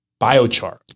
biochar